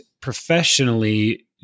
professionally